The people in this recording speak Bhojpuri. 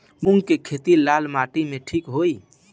मूंग के खेती लाल माटी मे ठिक होई?